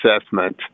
assessment